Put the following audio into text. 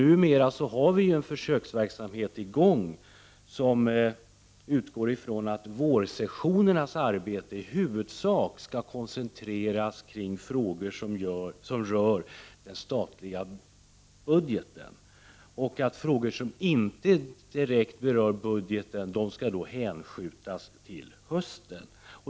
Numera pågår en försöksverksamhet som innebär att arbetet under vårsessionerna i huvudsak skall koncentreras till frågor som rör den statliga budgeten och att frågor som inte direkt berör budgeten skall hänskjutas till hösten.